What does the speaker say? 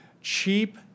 Cheap